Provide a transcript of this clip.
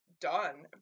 done